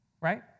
Right